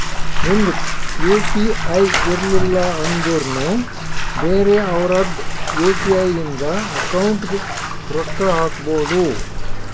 ನಿಂದ್ U P I ಇರ್ಲಿಲ್ಲ ಅಂದುರ್ನು ಬೇರೆ ಅವ್ರದ್ ಯು.ಪಿ.ಐ ಇಂದ ಅಕೌಂಟ್ಗ್ ರೊಕ್ಕಾ ಹಾಕ್ಬೋದು